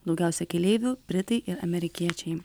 daugiausia keleivių britai ir amerikiečiai